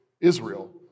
Israel